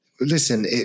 Listen